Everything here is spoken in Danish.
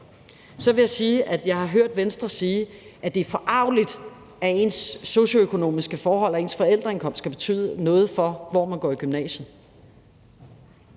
Så har jeg hørt Venstre sige, at det er forargeligt, at ens socioøkonomiske forhold og ens forældres indkomst skal betyde noget for, hvor man går i gymnasiet.